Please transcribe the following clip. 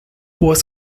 was